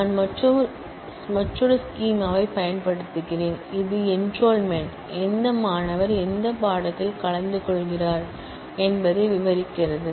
நான் மற்றொரு ஸ்கிமாவை பயன்படுத்துகிறேன் இது என்றொல்மெண்ட் எந்த மாணவர் எந்த பாடத்தில் கலந்து கொள்கிறார் என்பதை விவரிக்கிறது